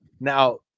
now